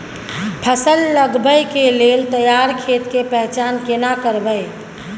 फसल लगबै के लेल तैयार खेत के पहचान केना करबै?